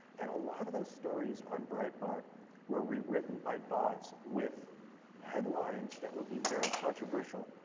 and a lot of those stories on breitbart were re-written by bots with headlines that would be very controversial,